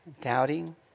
doubting